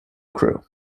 crew